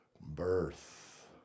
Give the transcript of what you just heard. birth